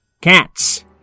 Cats